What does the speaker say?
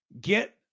Get